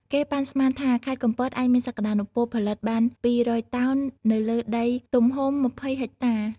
គេប៉ាន់ស្មានថា ខេត្តកំពតអាចមានសក្តានុពលផលិតបាន ២០០ តោន នៅលើដីទំហំ ២០ ហិចតា។